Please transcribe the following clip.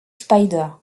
spider